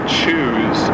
choose